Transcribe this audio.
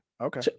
okay